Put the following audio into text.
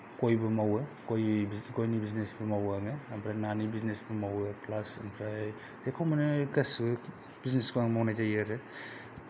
गयबो मावो गय गयनि बिजनेसबो मावो आङो ओमफ्राय नानि बिजनेसबो मावो प्लास ओमफ्राय जेखौ मोनो गासैबो बिजनेसखौ आं मावनाय जायो आरो